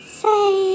say